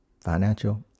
financial